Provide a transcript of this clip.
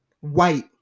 white